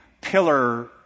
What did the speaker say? pillar